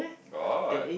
got